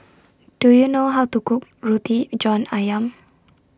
Do YOU know How to Cook Roti John Ayam